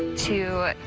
to